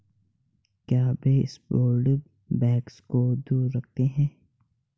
क्या baseboard bugs को दूर रखते हैं?